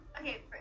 Okay